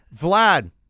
Vlad